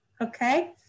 okay